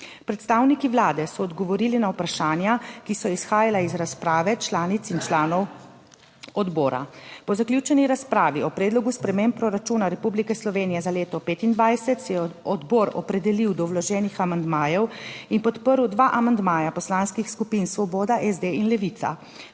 Predstavniki Vlade so odgovorili na vprašanja, ki so izhajala iz razprave članic in članov odbora. Po zaključeni razpravi o Predlogu sprememb proračuna Republike Slovenije za leto 2025 se je odbor opredelil do vloženih amandmajev in podprl dva amandmaja Poslanskih skupin Svoboda SD in Levica.